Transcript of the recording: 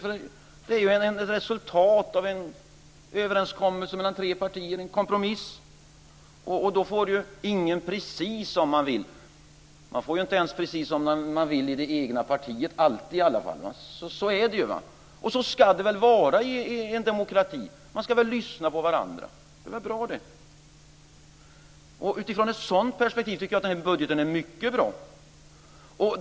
Budgeten är ju resultatet av en överenskommelse mellan tre partier, en kompromiss, och då får ingen precis som han vill. Man får ju inte ens precis som man vill i det egna partiet alltid. Så är det, och så ska det väl vara i en demokrati. Man ska lyssna på varandra - det är väl bra. Utifrån ett sådant perspektiv tycker jag att den här budgeten är mycket bra.